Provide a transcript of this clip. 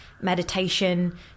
meditation